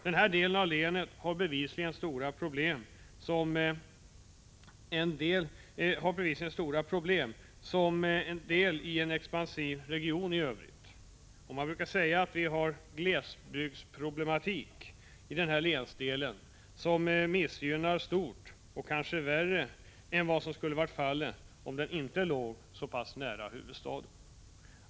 Denna del av länet har bevisligen stora problem som del i en i övrigt expansiv region. Man brukar säga att vi har glesbygdsproblematik i denna länsdel, som missgynnas stort och kanske mer än vad som skulle varit fallet om den inte hade legat så nära huvudstaden.